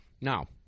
Now